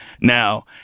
now